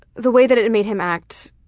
the way that it and made him act,